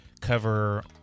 cover